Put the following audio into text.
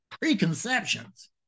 preconceptions